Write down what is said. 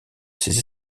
ses